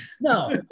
No